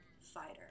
fighter